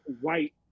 white